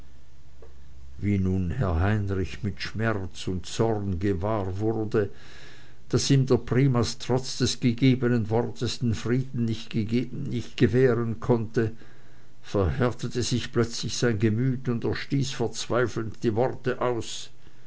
nun herr heinrich mit schmerz und zorn gewahr wurde daß ihm der primas trotz des gegebenen wortes den frieden nicht gewähren konnte verhärtete sich plötzlich sein gemüt und er stieß verzweifelnd die worte aus